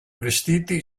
vestiti